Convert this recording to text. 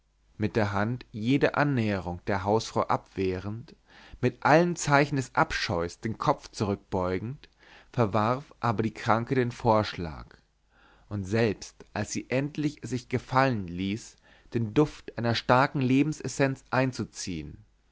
mit der hand jede annäherung der hausfrau abwehrend mit allen zeichen des abscheues den kopf zurückbeugend verwarf aber die kranke den vorschlag und selbst als sie endlich es sich gefallen ließ den duft einer starken lebensessenz einzuziehen